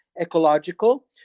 ecological